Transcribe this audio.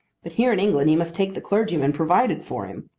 but here in england he must take the clergyman provided for him.